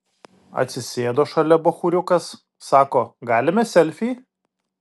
atsisėdo šalia bachūriukas sako galime selfį